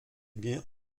biens